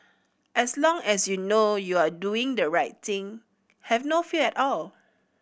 as long as you know you are doing the right thing have no fear at all